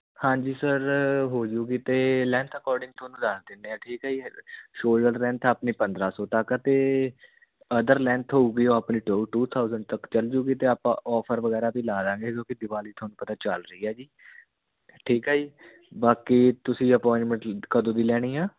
ਹਾਂਜੀ ਸਰ ਹੋਜੂਗੀ ਅਤੇ ਲੈਂਥ ਅਕੋਡਿੰਗ ਤੁਹਾਨੂੰ ਦੱਸ ਦਿੰਦੇ ਹਾਂ ਠੀਕ ਹੈ ਜੀ ਸ਼ੋਲਡਰ ਲੈਂਥ ਆਪਣੀ ਪੰਦਰਾਂ ਸੌ ਤੱਕ ਅਤੇ ਅਦਰ ਲੈਂਥ ਹੋਊਗੀ ਉਹ ਆਪਣੀ ਟੋ ਟੂ ਥਾਊਜੈਂਟ ਤੱਕ ਚੱਲ ਜੂਗੀ ਅਤੇ ਆਪਾਂ ਓਫਰ ਵਗੈਰਾ ਵੀ ਲਾ ਦਾਂਗੇ ਕਿਉਂਕਿ ਦੀਵਾਲੀ ਤੁਹਾਨੂੰ ਪਤਾ ਚੱਲ ਰਹੀ ਹੈ ਜੀ ਠੀਕ ਹੈ ਜੀ ਬਾਕੀ ਤੁਸੀਂ ਅਪੋਆਇੰਟਮੈਂਟ ਕਦੋਂ ਦੀ ਲੈਣੀ ਆ